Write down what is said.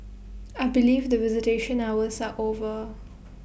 I believe that visitation hours are over